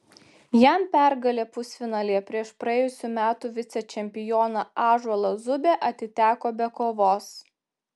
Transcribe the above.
jam pergalė pusfinalyje prieš praėjusių metų vicečempioną ąžuolą zubę atiteko be kovos